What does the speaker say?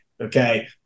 okay